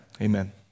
Amen